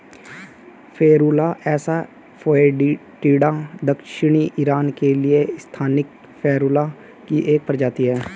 Ferula asa foetida दक्षिणी Iran के लिए स्थानिक फेरुला की एक प्रजाति है